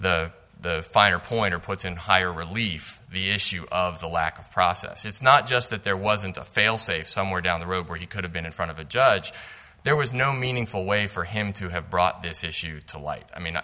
the finer point or puts in higher relief the issue of the lack of process it's not just that there wasn't a failsafe somewhere down the road where he could have been in front of a judge there was no meaningful way for him to have brought this issue to light i mean